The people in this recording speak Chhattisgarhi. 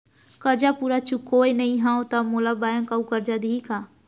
करजा पूरा चुकोय नई हव त मोला बैंक अऊ करजा दिही का?